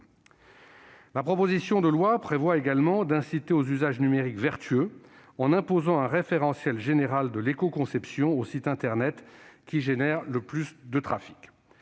main. Elle prévoit également d'inciter aux usages numériques vertueux, en imposant un référentiel général de l'écoconception aux sites internet qui génèrent le plus de trafic.